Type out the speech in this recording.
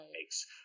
makes